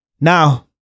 Now